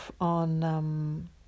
on